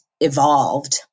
evolved